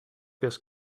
this